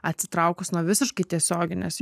atsitraukus nuo visiškai tiesioginės